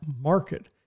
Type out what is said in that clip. market